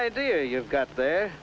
idea you've got there